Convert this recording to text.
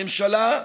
הממשלה,